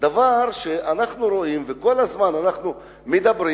זה דבר שאנחנו רואים וכל הזמן אנחנו מדברים